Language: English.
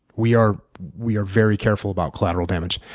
we are we are very careful about collateral damage.